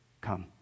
Come